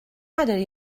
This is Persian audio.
نداری